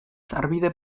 sarbide